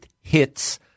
hits